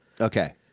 Okay